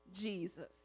Jesus